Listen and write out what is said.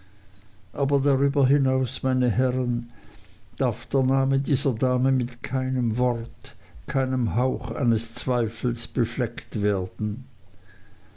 aber darüber hinaus meine herren darf der name dieser dame mit keinem wort keinem hauch eines zweifels befleckt werden